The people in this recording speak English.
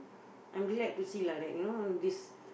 I'm glad to see lah that you know this